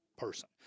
Person